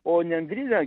o nendryne